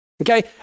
Okay